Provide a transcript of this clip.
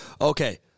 Okay